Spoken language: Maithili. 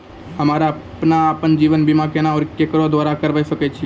हमरा आपन जीवन बीमा केना और केकरो द्वारा करबै सकै छिये?